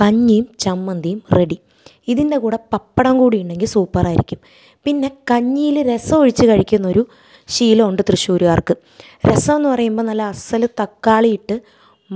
കഞ്ഞീം ചമ്മന്തീം റെഡി ഇതിൻ്റെ കൂടെ പപ്പടങ്കൂടി ഉണ്ടെങ്കിൽ സൂപ്പറായിരിക്കും പിന്നെ കഞ്ഞീൽ രസൊഴിച്ച് കഴിക്കുന്നൊരു ശീലവൊണ്ട് തൃശ്ശൂര്കാർക്ക് രസോന്ന് പറയുമ്പോൾ നല്ല അസ്സൽ തക്കാളിയിട്ട്